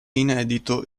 inedito